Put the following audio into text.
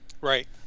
Right